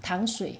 糖水